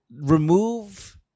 remove